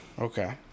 Okay